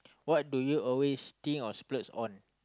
what do you always stinge or splurge on